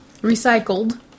Recycled